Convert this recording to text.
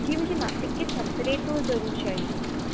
जी मुझे नासिक के संतरे तो जरूर चाहिए